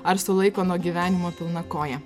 ar sulaiko nuo gyvenimo pilna koja